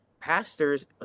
pastors